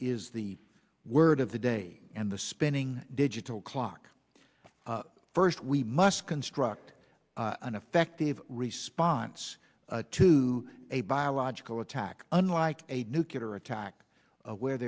is the word of the day and the spinning digital clock first we must construct an effective response to a biological attack unlike a nuclear attack where